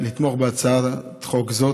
לתמוך בהצעת חוק זאת,